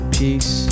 peace